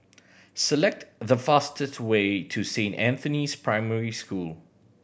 select the fastest way to Saint Anthony's Primary School